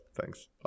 Thanks